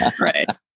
right